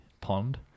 pond